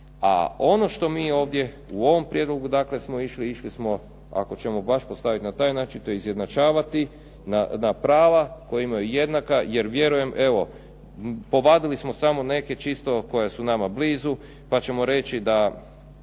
a ono što mi ovdje u ovom prijedlogu dakle smo išli, išli smo ako ćemo baš postaviti na taj način to izjednačavati na prava koja imaju jednaka jer vjerujem evo povadili smo samo neke čisto koje su nama blizu pa ćemo reći da